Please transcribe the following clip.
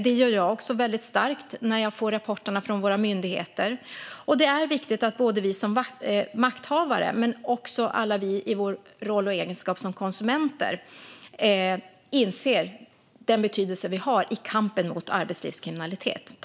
Det gör jag också väldigt starkt när jag får rapporterna från våra myndigheter. Det är viktigt att vi som makthavare men också alla i vår roll och egenskap som konsumenter inser vår betydelse i kampen mot arbetslivskriminalitet.